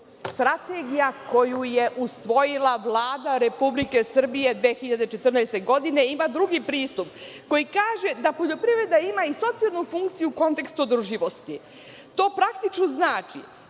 Strategija koju je usvojila Vlada Republike Srbije 2014. godine imala je drugi pristup koji kaže da poljoprivreda ima i socijalnu funkciju u kontekstu održivosti. To praktično znači